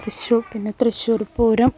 തൃശ്ശൂർ പിന്നെ തൃശ്ശൂർപൂരം